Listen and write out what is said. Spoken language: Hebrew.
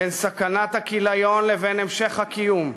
בין סכנת הכיליון לבין המשך הקיום,